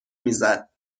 میزد